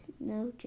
No